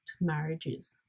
marriages